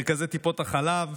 מרכזי טיפות החלב,